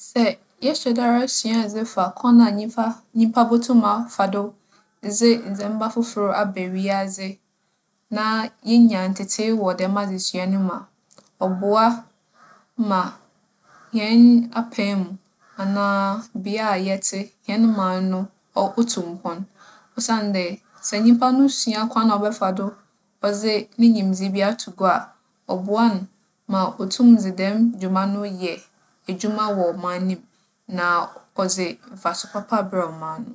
Sɛ yɛhyɛda ara sua adze fa kwan a nyimfa - nyimpa botum afa do dze ndzɛmba fofor aba wiadze na yenya ntsetsee wͻ dɛm adzesua no mu a, ͻboa ma hɛn apaa mu anaa bea a yɛtse, hɛn man no ͻ - out mpon osiandɛ sɛ nyimpa no sua kwan a ͻbɛfa do ͻdze ne nyimdzee bi ato gua a, ͻboa no ma otum dze dɛm dwuma no yɛ edwuma wͻ ͻman no mu, na ͻdze mfaso papa brɛ ͻman no.